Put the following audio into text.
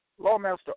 Lawmaster